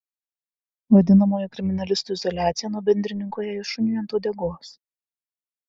vadinamoji kriminalistų izoliacija nuo bendrininkų ėjo šuniui ant uodegos